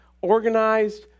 organized